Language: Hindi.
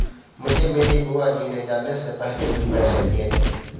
मुझे मेरी बुआ जी ने जाने से पहले कुछ पैसे दिए थे